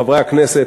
חברי הכנסת,